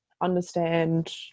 understand